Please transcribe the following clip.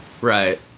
Right